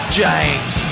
james